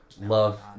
love